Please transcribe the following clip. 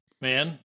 man